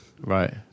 Right